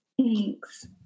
Thanks